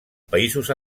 països